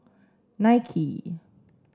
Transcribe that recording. Nike